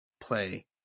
play